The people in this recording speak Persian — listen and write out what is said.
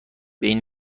بین